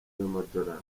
z’amadolari